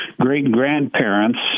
great-grandparents